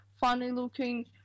funny-looking